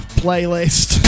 playlist